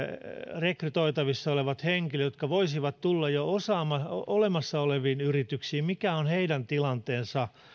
rekrytoitavissa olevat henkilöt jotka voisivat tulla jo olemassa oleviin yrityksiin mikä on heidän tilanteensa